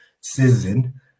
season